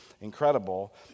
incredible